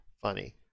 funny